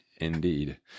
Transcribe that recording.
Indeed